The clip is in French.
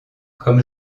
comme